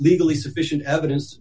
legally sufficient evidence